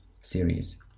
Series